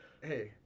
Hey